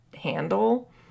handle